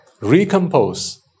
recompose